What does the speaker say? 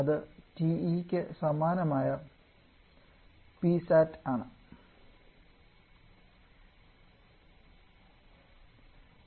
അത്TE ക് സമാനമായ ആണ് Psat